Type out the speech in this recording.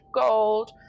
gold